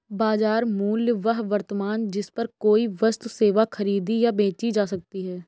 बाजार मूल्य वह वर्तमान जिस पर कोई वस्तु सेवा खरीदी या बेची जा सकती है